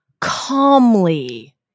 calmly